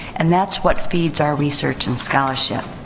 and that's what feeds our research and scholarship.